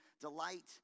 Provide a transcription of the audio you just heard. delight